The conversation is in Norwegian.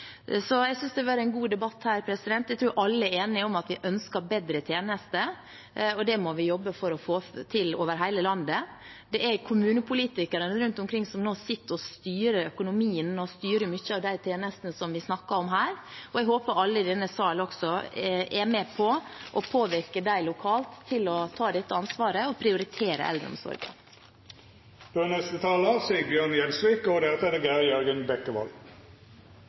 Jeg synes det har vært en god debatt. Jeg tror alle er enige om at vi ønsker bedre tjenester, og det må vi jobbe for å få til over hele landet. Det er kommunepolitikerne rundt omkring som nå sitter og styrer økonomien og mange av de tjenestene som vi snakker om her. Jeg håper alle i denne sal er med på å påvirke dem lokalt til å ta dette ansvaret og prioritere eldreomsorgen. Med dette statsbudsjettet legger regjeringen og